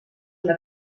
una